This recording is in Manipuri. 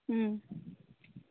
ꯎꯝ